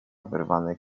wyrwany